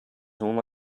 all